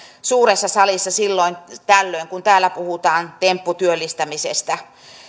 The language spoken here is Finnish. suuressa salissa silloin tällöin kun täällä puhutaan tempputyöllistämisestä